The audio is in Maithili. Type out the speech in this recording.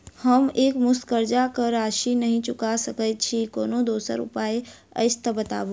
हम एकमुस्त कर्जा कऽ राशि नहि चुका सकय छी, कोनो दोसर उपाय अछि तऽ बताबु?